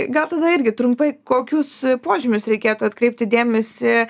gal tada irgi trumpai kokius požymius reikėtų atkreipti dėmesį